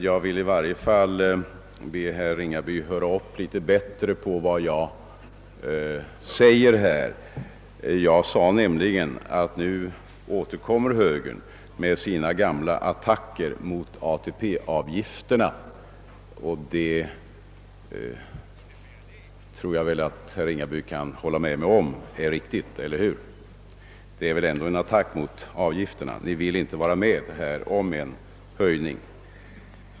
Jag vill bara be herr Ringaby att höra upp litet bättre på vad jag säger. Jag sade nämligen att nu återkommer högern med sina gamla attacker mot ATP-avgifterna. Och jag tror att herr Ringaby kan hålla med mig om att det är riktigt. Detta är väl ändå en attack mot avgifterna, när ni inte vill vara med om en höjning.